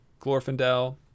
Glorfindel